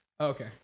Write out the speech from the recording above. Okay